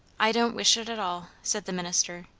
i don't wish it at all, said the minister,